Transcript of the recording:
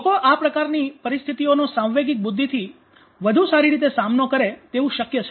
લોકો આ પ્રકારની પરિસ્થિતિઓનો સાંવેગિક બુદ્ધિથી વધુ સારી રીતે સામનો કરે તેવું શક્ય છે